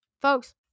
folks